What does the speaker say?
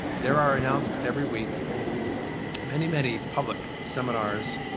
there are announced every week many, many public seminars,